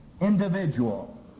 individual